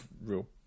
real